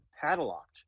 padlocked